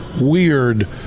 weird